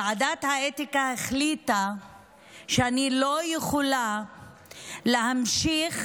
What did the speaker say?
ועדת האתיקה החליטה שאני לא יכולה להמשיך